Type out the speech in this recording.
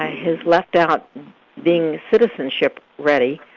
has left out being citizenship ready